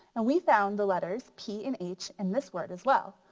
and we found the letters p and h in this word as well.